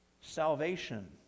salvation